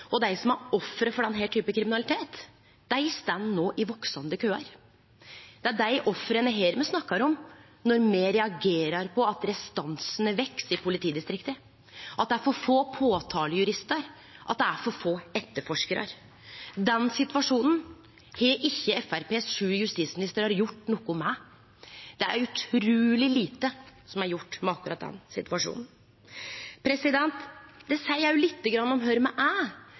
og dei som er offer for denne typen kriminalitet, står no i veksande køar. Det er desse offera me snakkar om når me reagerer på at restansane veks i politidistrikta – at det er for få påtalejuristar, at det er for få etterforskarar. Den situasjonen har ikkje Framstegspartiets sju justisministrar gjort noko med. Det er utruleg lite som er gjort med akkurat den situasjonen. Det seier òg lite grann om kvar me er,